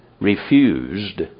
refused